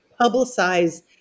publicize